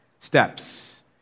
Steps